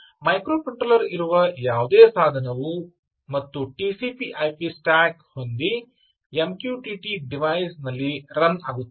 ಆದ್ದರಿಂದ ಮೈಕ್ರೊಕಂಟ್ರೋಲರ್ ಇರುವ ಯಾವುದೇ ಸಾಧನವು ಮತ್ತು TCP IP stack TCPIP stack ಹೊಂದಿ MQTT ಡಿವಾಯ್ಸ್ ನಲ್ಲಿ ರನ್ ಆಗುತ್ತದೆ